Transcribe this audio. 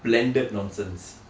blended nonsense